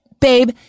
babe